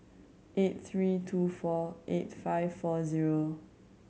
eight three two four eight five four zero